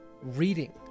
reading